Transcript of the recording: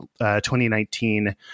2019